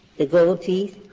the gold teeth.